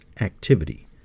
activity